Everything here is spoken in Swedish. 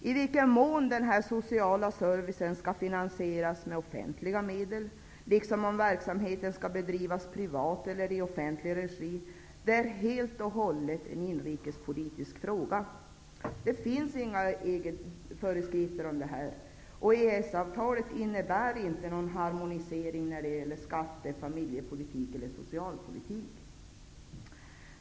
I vilken mån den sociala servicen skall finansieras med offentliga medel, liksom om verksamheten skall bedrivas i privat eller offentlig regi, är helt och hållet en inrikespolitisk fråga. Det finns inga EG föreskrifter om detta, och EES-avtalet innebär inte någon harmonisering när det gäller skatte-, familjeeller socialpolitik.